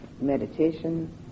meditation